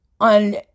on